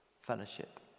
fellowship